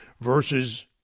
versus